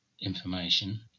information